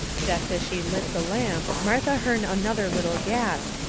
jest as she lit the lamp martha hearn another little gasp,